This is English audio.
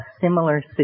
similar